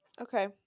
Okay